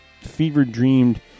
fever-dreamed